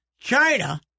China